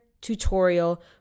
tutorial